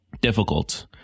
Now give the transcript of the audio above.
difficult